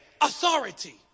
authority